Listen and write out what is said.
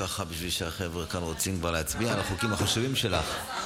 כי החבר'ה כאן רוצים כבר להצביע על החוקים החשובים שלך.